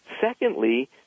Secondly